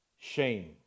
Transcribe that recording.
shame